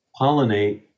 pollinate